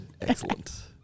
Excellent